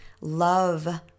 Love